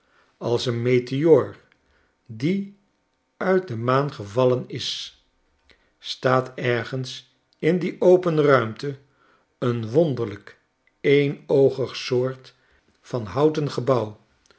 als een meteoor die uit de maan gevallen is staat ergens in die open ruimte een wonderlijk eenoogig soort van houten gebouw